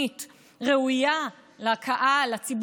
לא הגיע הזמן לפתור